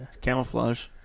camouflage